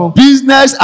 business